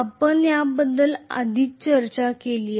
आपण याबद्दल आधीच चर्चा केली आहे